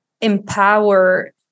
empower